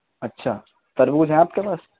اچھا تربوز ہے آپ کے پاس